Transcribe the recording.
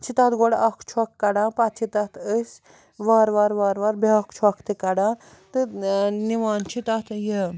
چھِ تتھ گۄڈٕ اَکھ چۄکھ کَڑان پَتہٕ چھِ تَتھ أسۍ وارٕ وارٕ وارٕ وارٕ بیٛاکھ چۄکھ تہِ کَڑان تہٕ نِوان چھِ تتھ یہِ